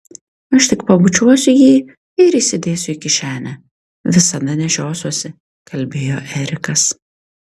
aš tik pabučiuosiu jį ir įsidėsiu į kišenę visada nešiosiuosi kalbėjo erikas